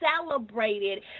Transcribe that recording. celebrated